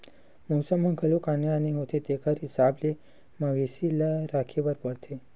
मउसम ह घलो आने आने होथे तेखर हिसाब ले मवेशी ल राखे बर परथे